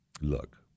look